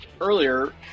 earlier